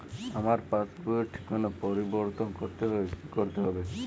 আমার পাসবই র ঠিকানা পরিবর্তন করতে হলে কী করতে হবে?